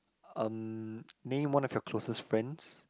um name one of your closest friends